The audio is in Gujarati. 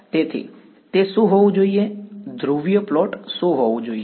તેથી તે શું હોવું જોઈએ ધ્રુવીય પ્લોટ શું હોવું જોઈએ